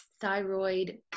thyroid